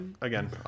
again